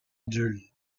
adulte